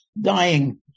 dying